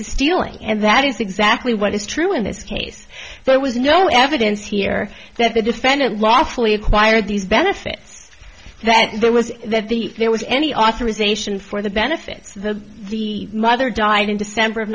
to stealing and that is exactly what is true in this case there was no evidence here that the defendant lawfully acquired these benefits that there was that the there was any authorization for the benefits that the mother died in december of